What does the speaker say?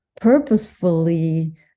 purposefully